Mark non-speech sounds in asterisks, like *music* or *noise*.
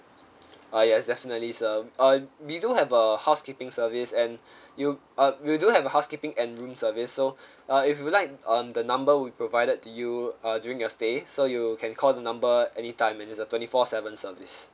ah yes definitely sir uh we do have a housekeeping service and *breath* you uh we do have a housekeeping and room service so *breath* uh if you like um the number we provided to you uh during your stay so you can call the number anytime and it's a twenty four seven service